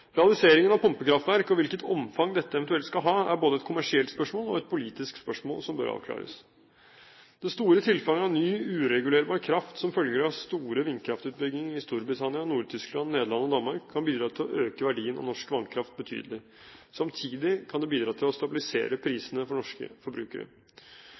Realiseringen av pumpekraftverk og hvilket omfang dette eventuelt skal ha, er både et kommersielt spørsmål og et politisk spørsmål som bør avklares. Det store tilfanget av ny uregulerbar kraft som følger av store vindkraftutbygginger i Storbritannia, Nord-Tyskland, Nederland og Danmark, kan bidra til å øke verdien av norsk vannkraft betydelig. Samtidig kan det bidra til å stabilisere prisene for norske forbrukere.